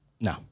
No